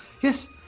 Yes